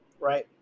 right